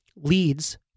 leads